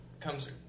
comes